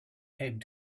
came